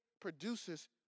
produces